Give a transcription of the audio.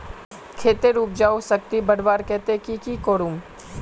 खेतेर उपजाऊ शक्ति बढ़वार केते की की करूम?